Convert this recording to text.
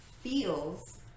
feels